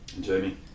Jamie